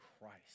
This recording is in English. Christ